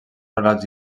relats